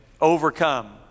overcome